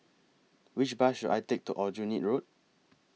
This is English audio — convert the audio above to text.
Which Bus should I Take to Aljunied Road